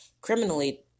criminally